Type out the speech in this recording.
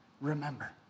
remember